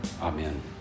Amen